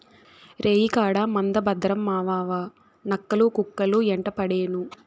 రేయికాడ మంద భద్రం మావావా, నక్కలు, కుక్కలు యెంటపడేను